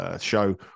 Show